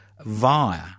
via